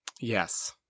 Yes